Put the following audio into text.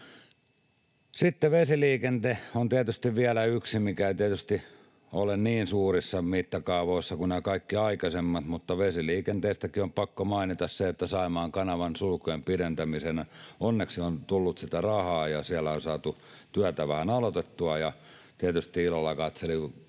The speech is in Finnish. Sitten vesiliikenne on vielä yksi, mikä ei tietysti ole niin suurissa mittakaavoissa kuin nämä kaikki aikaisemmat, mutta vesiliikenteestäkin on pakko mainita se, että Saimaan kanavan sulkujen pidentämiseen onneksi on tullut sitä rahaa ja siellä on saatu työtä vähän aloitettua. Ja tietysti ilolla katselin